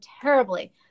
terribly